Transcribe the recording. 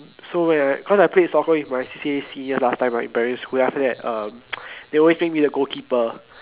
so when I cause I played soccer with my C_C_A seniors last time right in primary school then after that um they always make me the goalkeeper